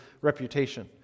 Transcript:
reputation